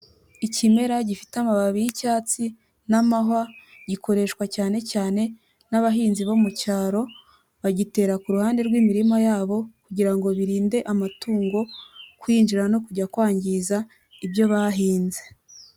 Ikimera gifite amababi y'icyatsi n'amahwa gikoreshwa cyane cyane n'abahinzi bo mu cyaro, bagitera kuruhande rw'imirima yabo kugira ngo birinde amatungo kwinjira no kujya kwangiza ibyo bahinze.